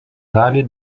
dalį